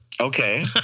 Okay